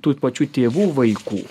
tų pačių tėvų vaikų